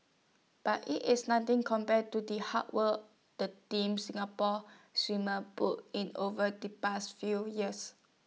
but IT is nothing compared to the hard work the Team Singapore swimmers put in over the past few years